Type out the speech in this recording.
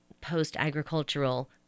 post-agricultural